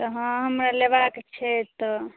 तऽ हँ हमरा लेबाके छै तऽ